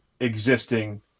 existing